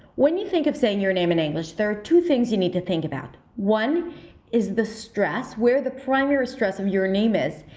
when you think of saying your name in english, there are two things you need to think about. one is the stress, where the primary stress of your name is.